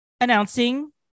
announcing